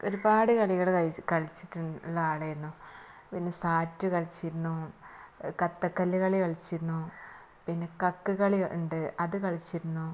ഒരുപാട് കളികള് കളിച്ചിട്ടുള്ള ആളേനു പിന്നെ സാറ്റ് കളിച്ചിരുന്നു കട്ടക്കല്ലു കളി കളിച്ചിരുന്നു പിന്നെ കക്ക് കളിയുണ്ട് അത് കളിച്ചിരുന്നു